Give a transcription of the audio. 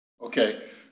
Okay